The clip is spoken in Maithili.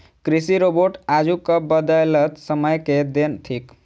कृषि रोबोट आजुक बदलैत समय के देन थीक